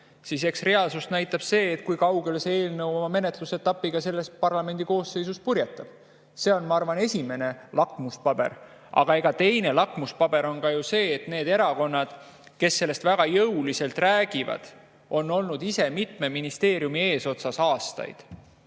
siis eks reaalsust näitab see, kui kaugele see eelnõu oma menetlusetapiga selles parlamendi koosseisus purjetab. See on, ma arvan, esimene lakmuspaber. Aga teine lakmuspaber on ju see, et need erakonnad, kes sellest väga jõuliselt räägivad, on olnud ise mitme ministeeriumi eesotsas aastaid.